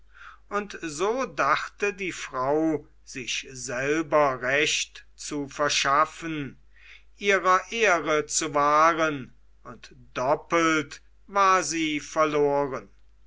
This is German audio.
und so dachte die frau sich selber recht zu verschaffen ihrer ehre zu wahren und doppelt war sie verloren